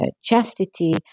chastity